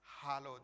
hallowed